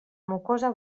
mucosa